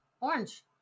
orange